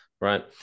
right